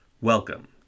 Welcome